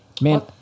man